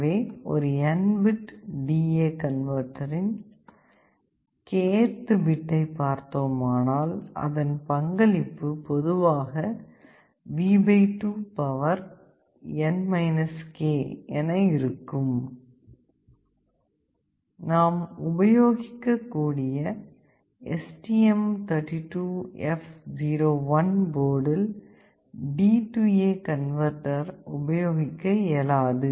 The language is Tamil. எனவே ஒரு N பிட் DA கன்வெர்ட்டரில் K th பிட்டை பார்த்தோமானால் அதன் பங்களிப்பு பொதுவாக V 2N k என இருக்கும் நாம் உபயோகிக்கக் கூடிய STM32F01 போர்டில் DA கன்வெர்ட்டர் உபயோகிக்க இயலாது